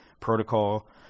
protocol